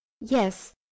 Yes